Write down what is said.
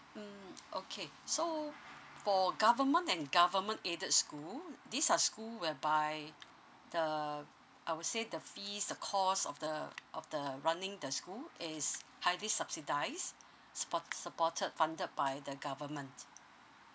mm okay so for government and government aided school these are school whereby the I would say the fees the cost of the of the running the school is highly subsidised support supported funded by the government